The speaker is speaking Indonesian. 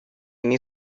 ini